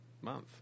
month